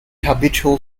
habitual